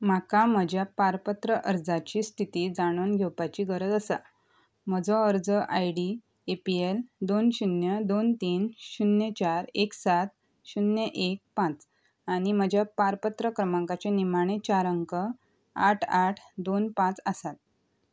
म्हाका म्हज्या पारपत्र अर्जाची स्थिती जाणून घेवपाची गरज आसा म्हजो अर्ज I D A P L दोन शुन्य दोन तीन शुन्य चार एक सात शुन्य एक पांच आनी म्हज्या पारपत्र क्रमांकाचे निमाणे चार अंक आठ आठ दोन पांच आसात